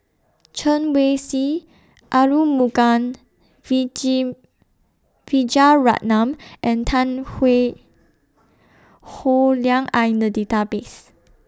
Chen Wen Hsi Arumugam Vijiaratnam and Tan Howe Liang Are in The Database